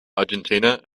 argentina